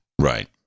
Right